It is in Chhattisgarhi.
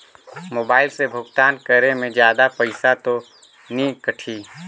मोबाइल से भुगतान करे मे जादा पईसा तो नि कटही?